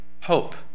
hope